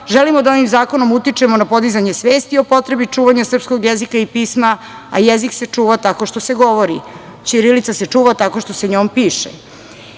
Želimo da ovim zakonom utičemo na podizanje svesti o potrebi čuvanja srpskog jezika i pisma, a jezik se čuva tako što se govori. Ćirilica se čuva tako što se njom piše. Na